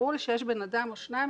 ברור לי שכאשר יש אדם או שניים,